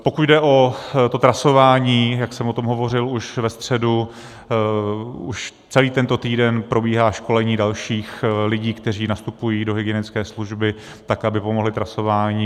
Pokud jde o to trasování, jak jsem o tom hovořil už ve středu, už celý tento týden probíhá školení dalších lidí, kteří nastupují do hygienické služby, tak aby pomohli trasování.